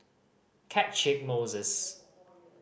Catchick Moses